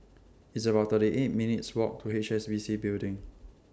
It's about thirty eight minutes' Walk to H S B C Building